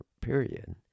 period